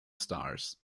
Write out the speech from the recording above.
stars